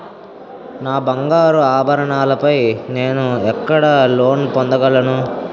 నా బంగారు ఆభరణాలపై నేను ఎక్కడ లోన్ పొందగలను?